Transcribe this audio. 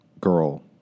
girl